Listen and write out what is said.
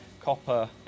Copper